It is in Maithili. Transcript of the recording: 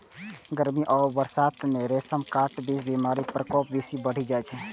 गर्मी आ बरसात मे रेशम कीट मे बीमारी के प्रकोप बेसी बढ़ि जाइ छै